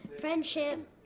Friendship